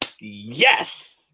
Yes